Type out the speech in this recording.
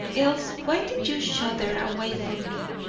else why did you shudder away from me,